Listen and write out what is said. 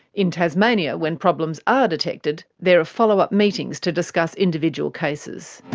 in tasmania, when problems are detected, there are follow-up meetings to discuss individual cases.